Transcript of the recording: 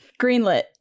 greenlit